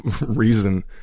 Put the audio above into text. reason